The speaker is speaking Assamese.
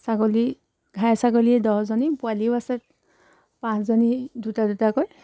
ছাগলী ঘাই ছাগলীয়ে দহজনী পোৱালিও আছে পাঁচজনী দুটা দুটাকৈ